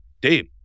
dave